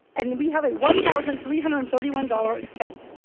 and we have a one thousand three hundred and thirty one dollars expense,